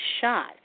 shot